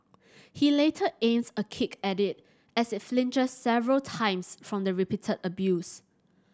he later aims a kick at it as it flinches several times from the repeated abuse